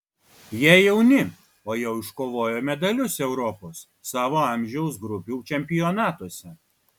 jie jauni o jau iškovojo medalius europos savo amžiaus grupių čempionatuose